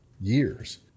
years